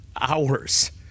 hours